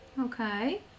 Okay